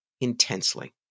Intensely